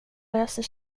löser